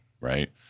Right